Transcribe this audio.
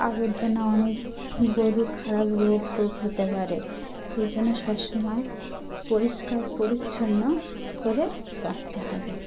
আবর্জনা অনেক গরুর খারাপ রোগ টোগ হতে পারে এই জন্য সব সমময় পরিষ্কার পরিচ্ছন্ন করে রাখতে হবে